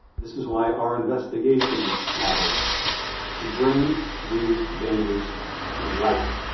this is why our investigations matters to bring these dangers to liked